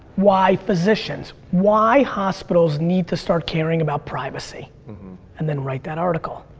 why physicians, why hospitals need to start caring about privacy and then write that article.